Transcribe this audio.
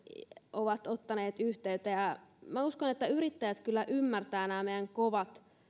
ovat ottaneet yhteyttä minä uskon että yrittäjät kyllä ymmärtävät nämä meidän kovat